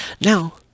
Now